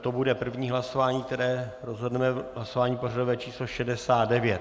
To bude první hlasování, které rozhodneme hlasováním pořadové číslo 69.